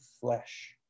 flesh